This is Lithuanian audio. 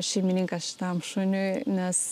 šeimininkas šitam šuniui nes